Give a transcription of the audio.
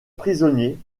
prisonnier